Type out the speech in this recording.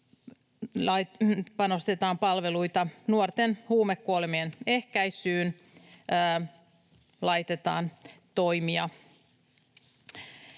panostetaan palveluita, ja nuorten huumekuolemien ehkäisyyn laitetaan toimia.